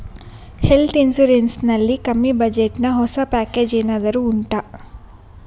health insurance ನಲ್ಲಿ ಕಮ್ಮಿ budget ನ ಹೊಸ ಪ್ಯಾಕೇಜ್ ಏನಾದರೂ ಉಂಟಾ